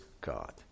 God